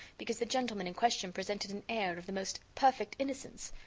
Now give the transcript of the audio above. because the gentleman in question presented an air of the most perfect innocence.